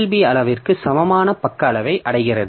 B அளவிற்கு சமமான பக்க அளவை அடைகிறது